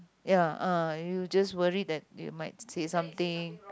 ya ah you just worry that you might say something